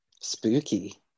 spooky